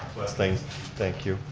west. thank thank you.